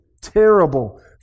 terrible